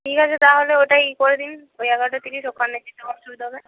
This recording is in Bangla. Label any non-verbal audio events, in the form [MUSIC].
ঠিক আছে তাহলে ওটাই করে দিন ওই এগারোটা তিরিশ ওখানে [UNINTELLIGIBLE] অসুবিধা হবে